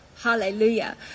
Hallelujah